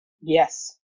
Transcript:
Yes